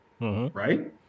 Right